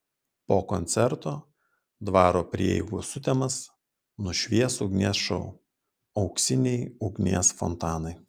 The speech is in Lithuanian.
po koncerto dvaro prieigų sutemas nušvies ugnies šou auksiniai ugnies fontanai